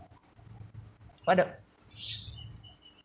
what else